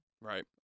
Right